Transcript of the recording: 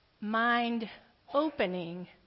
Mind-opening